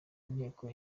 nteko